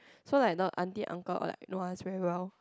so like not aunty uncle like know her very well